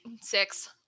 Six